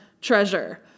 treasure